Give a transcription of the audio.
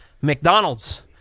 McDonald's